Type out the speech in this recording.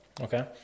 Okay